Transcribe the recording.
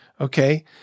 Okay